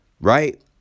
right